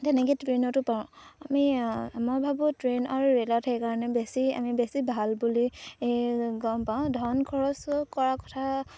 তেনেকৈ ট্ৰেইনতো পাওঁ আমি মই ভাবোঁ ট্ৰেইন আৰু ৰে'লত সেইকাৰণে বেছি আমি বেছি ভাল বুলি গম পাওঁ ধন খৰচ কৰা কথা